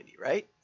right